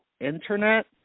internet